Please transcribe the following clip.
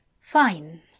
Fine